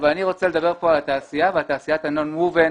אני רוצה לדבר כאן על התעשייה ועל תעשיית ה-נון גובן